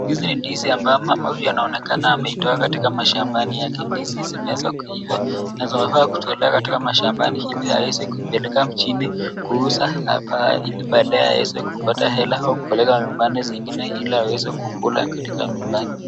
Hizi ni ndizi ambayo mama huyu anaonekana ameitoa katika mashambani yake. Ndizi zimeweza kuivaa na zinafaa kutolewa katika mashambani ili aweze kupeleka mjini kuuza ili baadae aweze kupata hela au kupeleka nyumbani zingine ili aweze kula katika nyumbani.